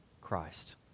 Christ